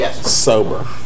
sober